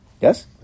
Yes